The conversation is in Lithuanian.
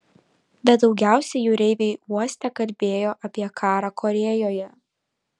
bet daugiausiai jūreiviai uoste kalbėjo apie karą korėjoje